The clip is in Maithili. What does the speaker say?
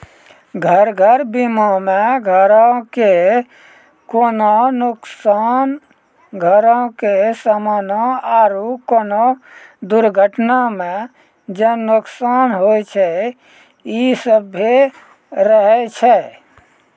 घर बीमा मे घरो के कोनो नुकसान, घरो के समानो आरु कोनो दुर्घटना मे जे नुकसान होय छै इ सभ्भे रहै छै